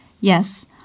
Yes